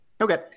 Okay